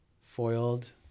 foiled